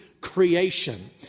creation